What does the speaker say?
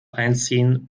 einziehen